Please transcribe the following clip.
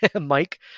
Mike